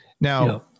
Now